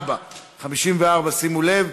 54). 54. שימו לב.